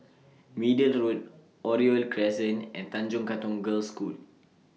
Middle Road Oriole Crescent and Tanjong Katong Girls' School